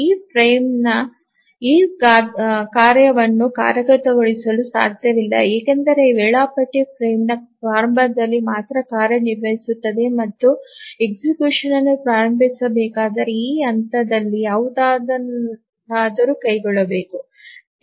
ಈ ಫ್ರೇಮ್ ಈ ಕಾರ್ಯವನ್ನು ಕಾರ್ಯಗತಗೊಳಿಸಲು ಸಾಧ್ಯವಿಲ್ಲ ಏಕೆಂದರೆ ವೇಳಾಪಟ್ಟಿ ಫ್ರೇಮ್ನ ಪ್ರಾರಂಭದಲ್ಲಿ ಮಾತ್ರ ಕಾರ್ಯನಿರ್ವಹಿಸುತ್ತದೆ ಮತ್ತು executionಯನ್ನು ಪ್ರಾರಂಭಿಸಬೇಕಾದರೆ ಈ ಹಂತದಲ್ಲಿ ಯಾವುದನ್ನಾದರೂ ಕೈಗೊಳ್ಳಬೇಕು